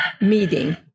meeting